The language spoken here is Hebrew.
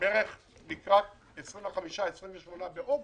בערך לקראת 25 או 28 באוגוסט,